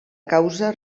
causa